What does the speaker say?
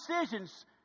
decisions